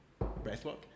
breathwork